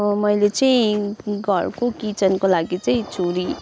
मैले चाहिँ घरको किचनको लागि चाहिँ छुरी